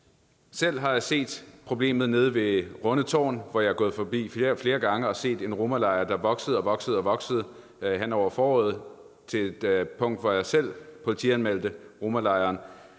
Selv har jeg set problemet nede ved Rundetårn, hvor jeg er gået forbi flere gange og har set en romalejr, der voksede og voksede hen over foråret til et punkt, hvor jeg selv politianmeldte romalejren,